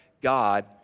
God